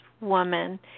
woman